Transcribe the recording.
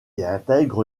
intègre